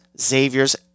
Xavier's